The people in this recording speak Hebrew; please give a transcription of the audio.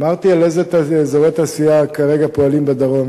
אמרתי איזה אזורי תעשייה כרגע פועלים בדרום,